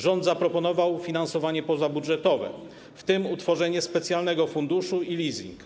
Rząd zaproponował finansowanie pozabudżetowe, w tym utworzenie specjalnego funduszu i leasing.